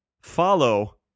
follow